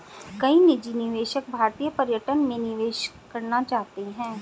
कई निजी निवेशक भारतीय पर्यटन में निवेश करना चाहते हैं